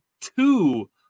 two